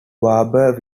barbour